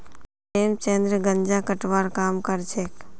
प्रेमचंद गांजा कटवार काम करछेक